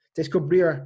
descobrir